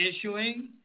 issuing